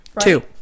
Two